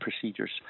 procedures